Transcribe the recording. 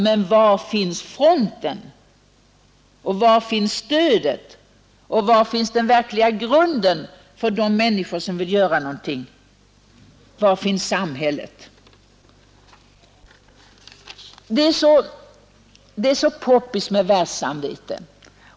Men var finns fronten, var finns stödet och var finns den verkliga grunden för de människor som vill göra någonting? Var finns samhället? Det är så poppis med världssamvete.